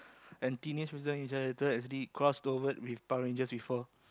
and Teenage-Mutant-Ninja-Turtle actually crossed over with Power Ranger before